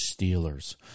Steelers